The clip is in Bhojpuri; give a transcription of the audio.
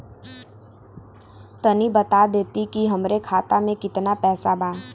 तनि बता देती की हमरे खाता में कितना पैसा बा?